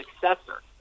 successor